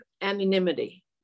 anonymity